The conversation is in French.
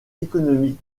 économiques